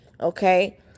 okay